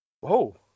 Whoa